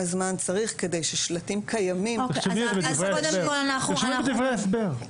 זמן צריך כדי ששלטים קיימים --- תרשמי את זה בדברי ההסבר.